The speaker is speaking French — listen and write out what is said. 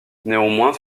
néanmoins